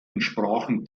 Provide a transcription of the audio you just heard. entsprachen